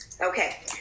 Okay